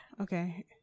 Okay